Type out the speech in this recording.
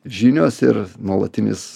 žinios ir nuolatinis